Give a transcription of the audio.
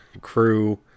crew